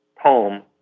home